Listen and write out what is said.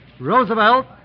Roosevelt